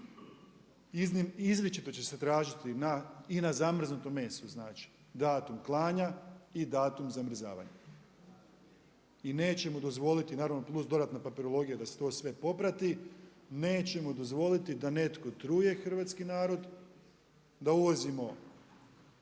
izričito će se tražiti i na zamrznutom mesu datum klanja i datum zamrzavanja, naravno plus dodatna papirologija da se to sve poprati. Nećemo dozvoliti da netko truje hrvatski narod, da uvozimo